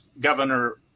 Governor